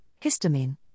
histamine